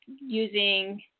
using